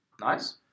Nice